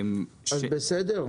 אם כן, זה בסדר?